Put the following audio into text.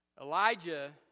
Elijah